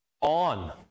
on